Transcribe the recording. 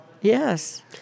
Yes